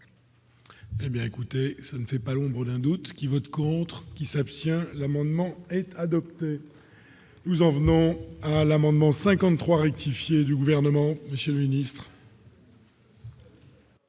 Eh bien écoutez, ça ne fait pas l'ombre d'un doute qui vote contre qui s'abstient l'amendement adopté nous en venons à l'amendement 53 rectifier du gouvernement Monsieur Ministre.